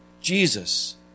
Jesus